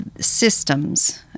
Systems